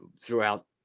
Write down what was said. throughout